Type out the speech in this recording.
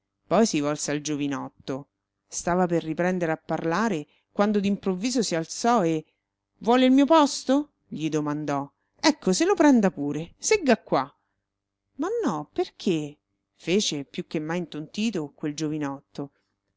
poi si volse al giovinotto stava per riprendere a parlare quando d'improvviso si alzò e vuole il mio posto gli domandò ecco se lo prenda pure segga qua ma no perché fece più che mai intontito quel giovinotto